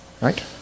Right